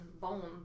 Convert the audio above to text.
bone